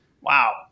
Wow